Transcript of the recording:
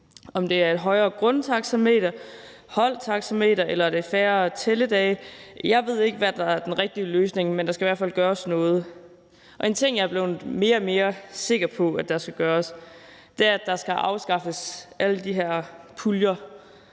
om det er et højere grundtaxameter eller holdtaxameter, eller om det er færre tælledage. Jeg ved ikke, hvad der er den rigtige løsning, men der skal i hvert fald gøres noget. En ting, jeg er blevet mere og mere sikker på der skal gøres, er, at der skal afskaffes alle de her puljer.